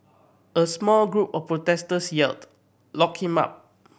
a small group of protesters yelled lock him up